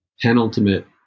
Penultimate